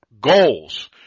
goals